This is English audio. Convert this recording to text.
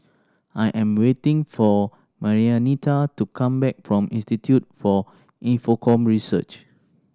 I am waiting for Marianita to come back from Institute for Infocomm Research